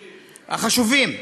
החשובים.